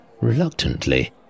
Reluctantly